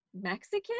Mexican